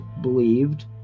believed